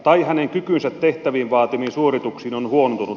tai hänen kykynsä tehtävän vaatimiin suorituksiin on huonontunut